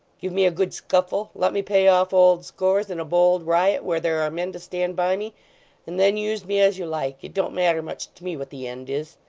give me a good scuffle let me pay off old scores in a bold riot where there are men to stand by me and then use me as you like it don't matter much to me what the end is